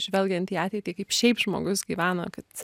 žvelgiant į ateitį kaip šiaip žmogus gyvena kad